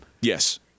Yes